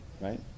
right